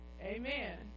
Amen